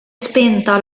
spenta